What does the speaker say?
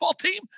team